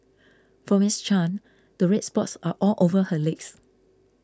for Ms Chan the red spots are all over her legs